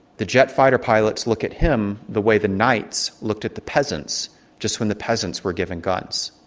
the jet fighter pilots look at him the way the knights looked at the peasants just when the peasants were given guns.